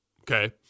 okay